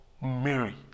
Mary